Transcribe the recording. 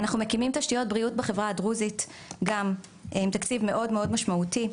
אנחנו מקימים תשתיות בריאות בחברה הדרוזית גם עם תקציב מאוד משמעותי,